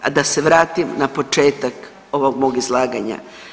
A da se vratim na početak ovog mog izlaganja.